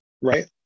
Right